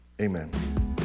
amen